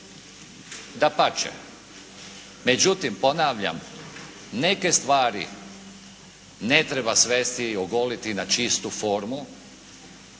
dapače. Međutim ponavljam, neke stvari ne treba svesti i ogoliti na čistu formu